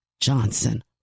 Johnson